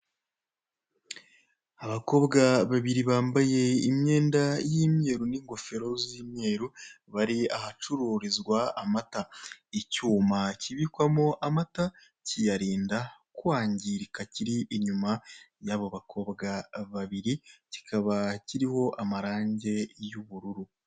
Abakobwa babiri bambaye imyenda y'imweru n'ingofero z'imweru bari ahacururizwa amata. Icyuma kibikwamo amata kiyarinda kwangirika kiri inyuma y'abo bakobwa babiri kikaba kiriho amarange y'ubururu.